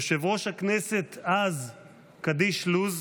יושב-ראש הכנסת אז קדיש לוז,